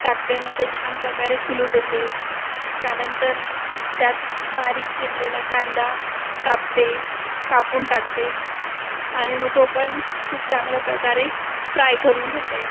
टाकते मग ते छान प्रकारे फुलू देते त्यानंतर त्यात बारीक चिरलेला कांदा कापते कापून टाकते आणि मग तो पण खूप चांगल्या प्रकारे फ्राय करून घेते